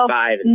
five